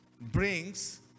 brings